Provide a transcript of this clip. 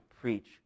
preach